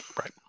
Right